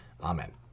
Amen